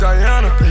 Diana